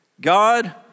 God